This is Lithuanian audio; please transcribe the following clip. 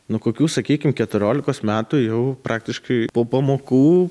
nuo kokių sakykim keturiolikos metų jau praktiškai po pamokų